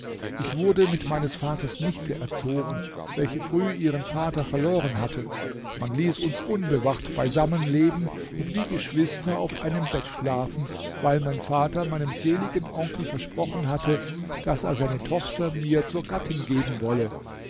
ich wurde mit meines vaters nichte erzogen welche früh ihren vater verloren hatte man ließ uns unbewacht beisammen leben und wie geschwister auf einem bett schlafen weil mein vater meinem seligen onkel versprochen hatte daß er seine tochter mir zur gattin geben wolle